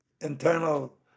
internal